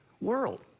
world